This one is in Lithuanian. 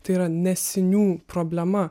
tai yra nesinių problema